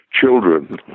children